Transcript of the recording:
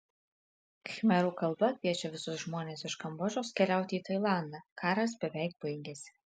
khmerų kalba kviečia visus žmones iš kambodžos keliauti į tailandą karas beveik baigėsi